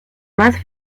más